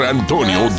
Antonio